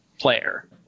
player